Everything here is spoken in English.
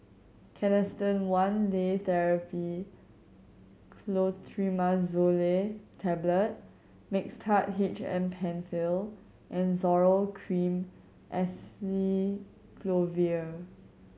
Canesten One Day Therapy Clotrimazole Tablet Mixtard H M Penfill and Zoral Cream Acyclovir